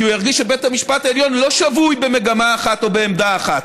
כי הוא ירגיש שבית המשפט העליון לא שבוי במגמה אחת או בעמדה אחת.